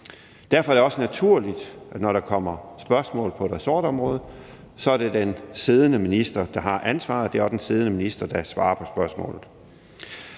Derfor er det også naturligt, at når der kommer spørgsmål på et ressortområde, er det den siddende minister, der har ansvaret, og det er også den siddende minister, der svarer på spørgsmål.